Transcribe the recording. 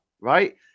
right